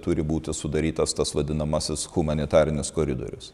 turi būti sudarytas tas vadinamasis humanitarinis koridorius